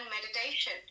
meditation